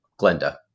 Glenda